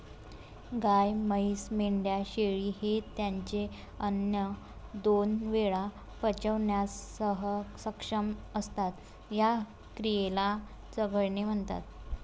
गाय, म्हैस, मेंढ्या, शेळी हे त्यांचे अन्न दोन वेळा पचवण्यास सक्षम असतात, या क्रियेला चघळणे म्हणतात